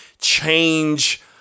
change